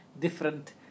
different